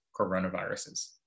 coronaviruses